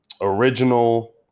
original